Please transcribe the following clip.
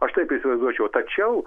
aš taip įsivaizduočiau tačiau